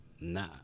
nah